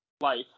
life